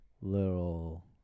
little